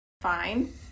Fine